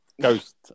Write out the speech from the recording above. ghost